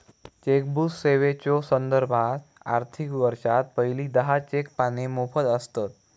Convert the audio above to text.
chequebook सेवेच्यो संदर्भात, आर्थिक वर्षात पहिली दहा चेक पाने मोफत आसतत